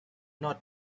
not